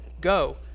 go